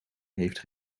heeft